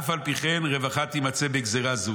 אף על פי כן רווחה תמצא בגזיה זו.